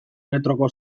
metroko